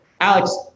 Alex